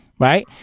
Right